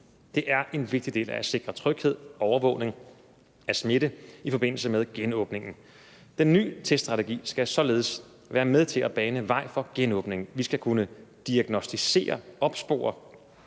Det er en vigtig del af at sikre tryghed og overvågning af smitte i forbindelse med genåbningen. Den ny teststrategi skal således være med til at bane vej for genåbning. Vi skal kunne diagnosticere, opspore,